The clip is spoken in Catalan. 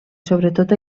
sobretot